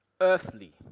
earthly